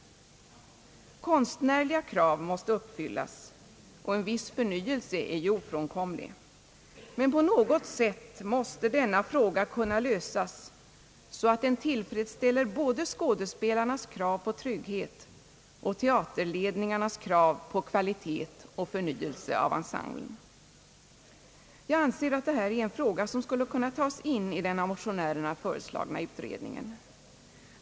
Konstnärliga krav måste uppfyllas, och en viss förnyelse är ofrånkomlig. Men på något sätt måste denna fråga kunna lösas, så att man tillfredsställer både skådespelarnas krav på trygghet och teaterledningarnas krav på kvalitet och förnyelse av ensemblen. Jag anser att denna fråga skulle kunna tas in i den av motionärerna föreslagna utredningen.